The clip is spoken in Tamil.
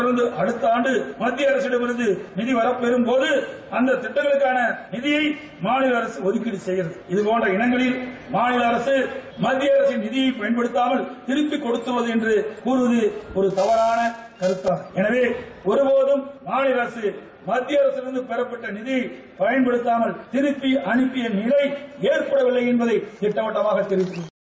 தொடர்ந்து அடுக்கு ஆண்டு மத்திய அரசிடமிருந்து நிதி வாப்பெறம்போது அந்தத் திட்டங்களுக்கா நிதியை மாநில அரசு அரசு ஒதுக்கீடு செய்கிறது இதபோன்ற இளங்களில் மாநில ஆரக மத்திய ஆரசின் நிதியை பயன்படுக்காமல் கிந்பபிக் கொடுத்துள்ளது என்று கூறுவது ஒரு தவறான கருத்தாகும் எனவே ஒருபோதம் மாநில அரசு மத்திய ஆசி மிருந்து பெறப்பட்ட நிகியை பயன்படுத்தாமல் திருப்பி அனுப்பிய நிலை எற்படவில்லை என்பதை திட்டவட்டமாக தெரிவித்துக் கொள்கிறேன்